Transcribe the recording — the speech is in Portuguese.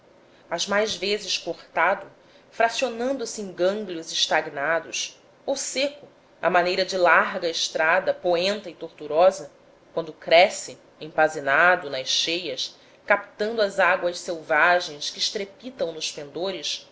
mais das vezes cortado fracionando se em gânglios estagnados ou seco à maneira de larga estrada poenta e tortuosa quando cresce empanzinado nas cheias captando as águas selvagens que estrepitam nos pendores